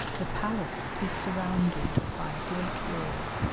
the palace is surrounded by a great wall,